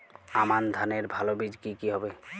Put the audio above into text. আমান ধানের ভালো বীজ কি কি হবে?